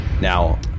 Now